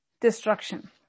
destruction